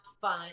fun